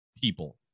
people